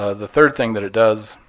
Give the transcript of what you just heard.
ah the third thing that it does